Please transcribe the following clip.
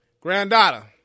granddaughter